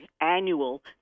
annual